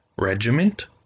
regiment